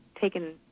taken